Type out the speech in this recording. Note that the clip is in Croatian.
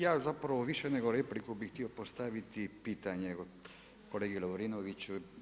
Ja zapravo više nego repliku bih htio postaviti pitanje kolegi Lovrinoviću.